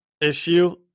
issue